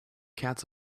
cats